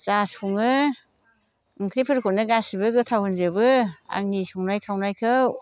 जा सङो ओंख्रिफोरखौनो गासिबो गोथाव होनजोबो आंनि संनाय खावनायखौ